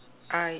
I